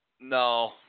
No